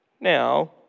now